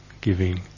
giving